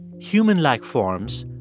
human-like forms,